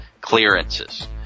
clearances